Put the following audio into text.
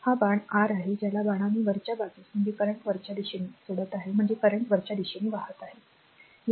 हा बाण r आहे ज्याला बाणाने वरच्या बाजूस म्हणजे करंट वरच्या दिशेने सोडत आहे म्हणजे करंट वरच्या दिशेने वाहत आहे